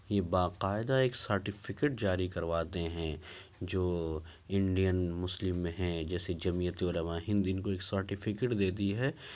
یہ باقائدہ ایک سرٹیفکیٹ جاری کرواتے ہیں جو انڈین مسلم ہیں جیسے جمیعت علماء ہند ان کو ایک سرٹیفکیٹ دیتی ہے